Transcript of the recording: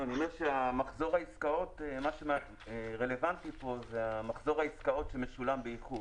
אני אומר שמה שרלוונטי פה זה המחזור העסקאות שמשולם באיחור.